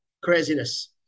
craziness